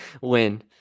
win